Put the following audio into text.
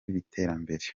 by’iterambere